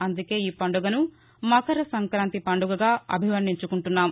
అందుకే ఈ పండుగను మకర సంక్రాంతి పండుగగా అభివర్ణించుకుంటున్నాం